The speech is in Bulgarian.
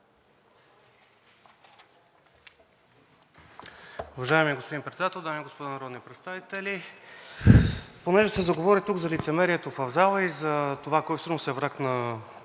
Уважаеми господин Председател, дами и господа народни представители! Понеже се заговори тук за лицемерието в залата и за това кой всъщност е враг на